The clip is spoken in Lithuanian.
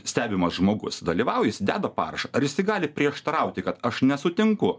stebimas žmogus dalyvauja jis deda parašą ar jis tik gali prieštarauti kad aš nesutinku